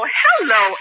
hello